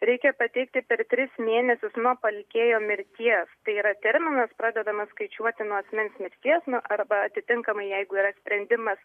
reikia pateikti per tris mėnesius nuo palikėjo mirties tai yra terminas pradedamas skaičiuoti nuo asmens mirties nu arba atitinkamai jeigu yra sprendimas